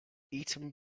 eaten